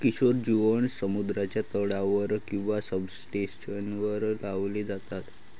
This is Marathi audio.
किशोर जिओड्स समुद्राच्या तळावर किंवा सब्सट्रेटवर लावले जातात